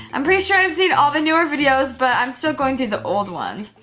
i'm pretty sure i've seen all the newer videos but i'm still going through the old ones,